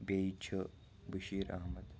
بیٚیہِ چھِ بٔشیٖر احمد